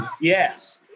Yes